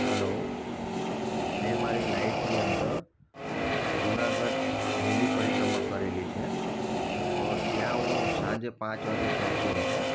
hello મેં મારી લાઇફની અંદર જુનાગઢ લીલી પરિક્રમા કરેલી છે તો ત્યાં હું સાંજે પાંચ વાગે પહોંચ્યો હતો